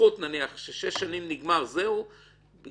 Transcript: שאחרי שש שנים זה נגמר, בגלל